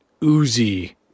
Uzi